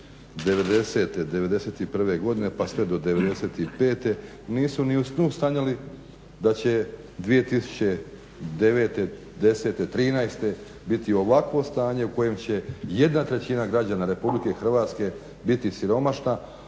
prve godine pa sve do devedeset i pete nisu ni u snu sanjali da će 2009., desete, trinaeste biti ovakvo stanje u kojem će jedna trećina građana Republike Hrvatske biti siromašna,